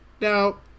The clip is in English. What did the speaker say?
Now